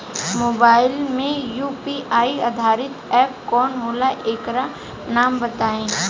Mobile म UPI आधारित app कौन होला ओकर नाम बताईं?